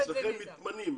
אצלכם מתמנים.